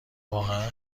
واقعا